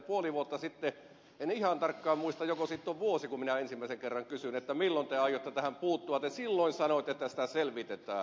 puoli vuotta sitten en ihan tarkkaan muista joko siitä on vuosi kun minä ensimmäisen kerran kysyin milloin te aiotte tähän puuttua te silloin sanoitte että sitä selvitetään